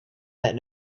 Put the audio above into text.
that